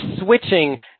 switching